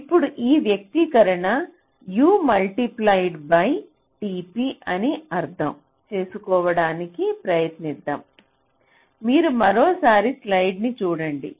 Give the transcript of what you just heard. ఇప్పుడు ఈ వ్యక్తీకరణ U మల్టీఫ్లైడ్ బై tp నీ అర్థం చేసుకోవడానికి ప్రయత్నిద్దాం మీరు మరోసారి స్లయిడ్ను చూడండి